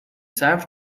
صبر